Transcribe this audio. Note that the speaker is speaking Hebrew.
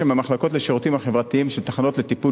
ב-59 מהמחלקות לשירותים החברתיים תחנות לטיפול